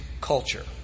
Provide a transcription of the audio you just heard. culture